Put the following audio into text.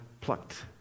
plucked